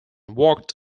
walked